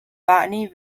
botany